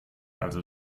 also